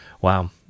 Wow